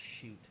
Shoot